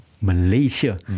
Malaysia